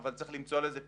אבל צריך למצוא לזה פתרון,